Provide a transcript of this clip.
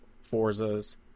Forza's